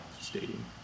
stadium